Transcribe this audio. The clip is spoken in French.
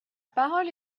parole